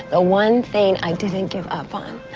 ah one thing i didn't give up on